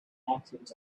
accidents